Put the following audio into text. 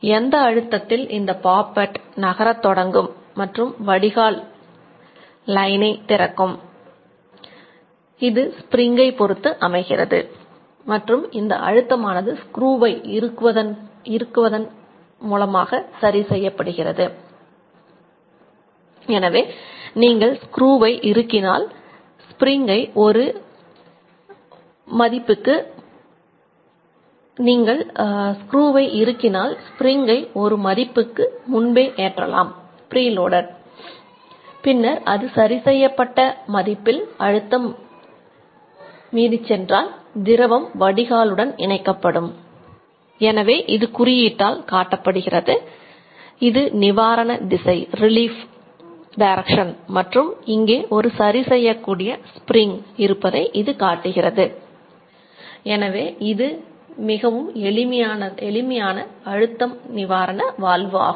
எந்த அழுத்தத்தில் இந்த பாப்பட் ஆகும்